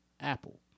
Apple